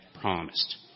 promised